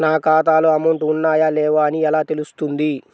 నా ఖాతాలో అమౌంట్ ఉన్నాయా లేవా అని ఎలా తెలుస్తుంది?